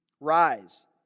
rise